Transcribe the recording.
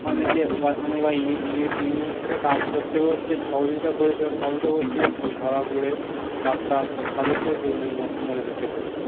অনেকে অনেক মানুষ ইংরেজের সাথে কাজ করতে করতে সহযোগিতা করেছে সহযোগিতা করতে গিয়ে ধরা পড়ে তার তাদেরকেও জীবনে ম মরে যেতে হয়েছে